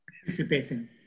Participating